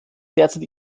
derzeit